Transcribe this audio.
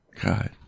God